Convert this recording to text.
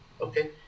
Okay